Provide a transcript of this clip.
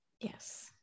yes